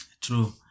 True